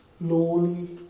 lowly